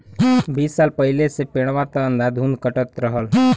बीस साल पहिले से पेड़वा त अंधाधुन कटते रहल